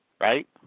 right